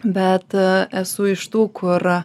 bet esu iš tų kur